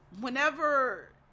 whenever